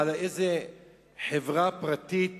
על חברה פרטית